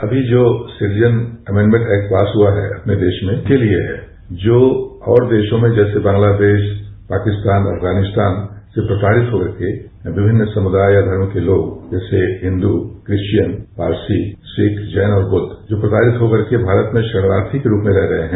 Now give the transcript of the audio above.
अमी जो citizen amendment act pass हआ है विदेशियों के लिए जो और देशों में जैसे बांग्लादेश पाकिस्तान अफगानिस्तान से प्रताड़ित हो गए थे विमिन्न समुदाय और धर्म के लोग जैसे हिन्दू क्रिस्चियन पारसी सिख जैन और बौद्व ये प्रताड़ित होकर भारत में शरणार्थी के रूप में रह रहे हैं